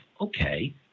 okay